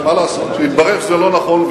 מה לעשות שהתברר שזה לא נכון,